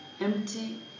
empty